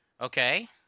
Okay